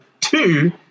two